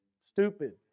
stupid